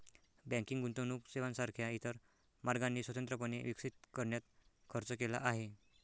banking गुंतवणूक सेवांसारख्या इतर मार्गांनी स्वतंत्रपणे विकसित करण्यात खर्च केला आहे